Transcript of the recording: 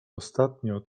ostatnio